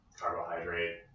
carbohydrate